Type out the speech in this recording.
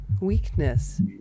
Weakness